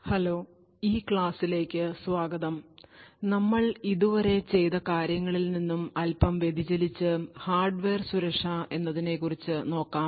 hello ഈ ക്ലാസ്സിലേക്ക് സ്വാഗതം നമ്മൾ ഇതുവരെ ചെയ്ത കാര്യങ്ങളിൽ നിന്ന് അല്പം വ്യതിചലിച്ചു ഹാർഡ്വെയർ സുരക്ഷ എന്നതിനെക്കുറിച്ചു നോക്കാം